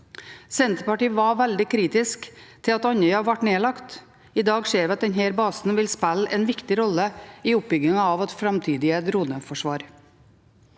Senterpartiet var veldig kritisk til at Andøya ble nedlagt. I dag ser vi at denne basen vil spille en viktig rolle i oppbyggingen av vårt framtidige droneforsvar.